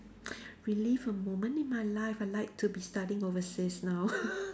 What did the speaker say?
relive a moment in my life I like to be studying overseas now